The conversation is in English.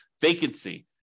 vacancy